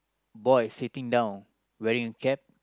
boy sitting down wearing a cap